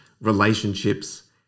relationships